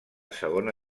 segona